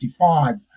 1955